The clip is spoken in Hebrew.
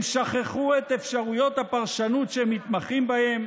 הם שכחו את אפשרויות הפרשנות, שהם מתמחים בהן,